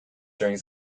during